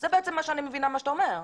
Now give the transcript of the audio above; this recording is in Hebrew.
זה בעצם מה שאני מבינה ממה שאתה אומר.